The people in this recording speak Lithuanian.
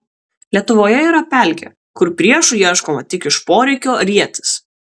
lietuvoje yra pelkė kur priešų ieškoma tik iš poreikio rietis